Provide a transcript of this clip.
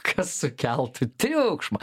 kad sukeltų triukšmą